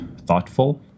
thoughtful